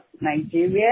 Nigeria